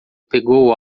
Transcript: pegou